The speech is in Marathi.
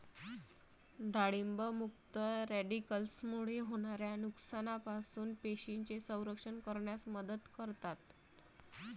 डाळिंब मुक्त रॅडिकल्समुळे होणाऱ्या नुकसानापासून पेशींचे संरक्षण करण्यास मदत करतात